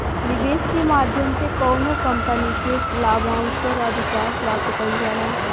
निवेस के माध्यम से कौनो कंपनी के लाभांस पर अधिकार प्राप्त कईल जाला